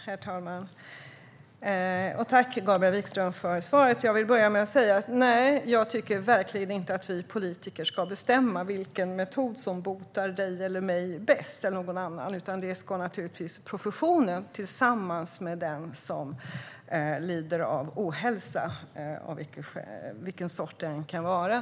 Herr talman! Tack, Gabriel Wikström, för svaret! Jag vill börja med att säga att jag inte tycker att vi politiker ska bestämma vilken metod som botar dig eller mig bäst. Det ska naturligtvis professionen göra tillsammans med den som lider av ohälsa av vilket slag det än kan vara.